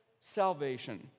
salvation